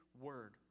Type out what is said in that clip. word